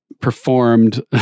performed